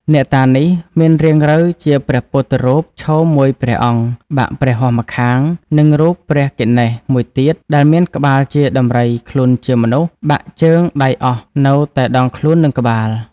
អ្នកតានេះ មានរាងរៅជាព្រះពុទ្ធរូបឈរមួយព្រះអង្គ បាក់ព្រះហស្តម្ខាង និងរូបព្រះគណេស មួយទៀត ដែលមានក្បាលជាដំរីខ្លួនជាមនុស្ស បាក់ជើង-ដៃអស់នៅតែដងខ្លួននិងក្បាល